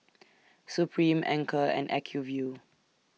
Supreme Anchor and Acuvue